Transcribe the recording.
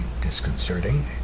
disconcerting